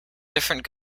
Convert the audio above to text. different